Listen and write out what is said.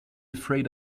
afraid